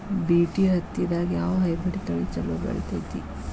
BT ಹತ್ತಿದಾಗ ಯಾವ hybrid ತಳಿ ಛಲೋ ಬೆಳಿತೈತಿ?